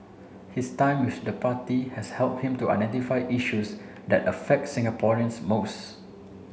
his time with the party has help him to identify issues that affect Singaporeans most